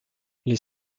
les